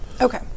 Okay